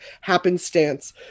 happenstance